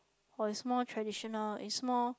or it's more traditional it's more